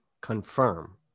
confirm